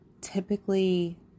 typically